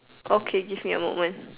okay give me a moment